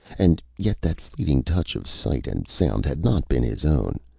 and yet that fleeting touch of sight and sound had not been his own,